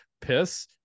piss